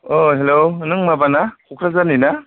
औ हेल्ल' नों माबा ना क'क्राझारनि ना